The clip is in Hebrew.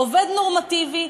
עובד נורמטיבי,